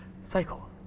cycle